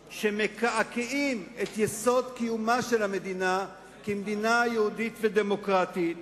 שמקעקעים את יסוד קיומה של המדינה כמדינה יהודית ודמוקרטית.